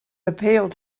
appealed